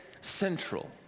central